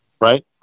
right